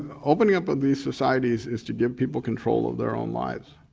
opening up of these societies is to give people control of their own lives.